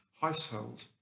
household